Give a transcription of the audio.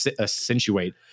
accentuate